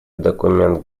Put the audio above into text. документ